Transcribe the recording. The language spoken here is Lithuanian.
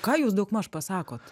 ką jūs daugmaž pasakot